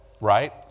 Right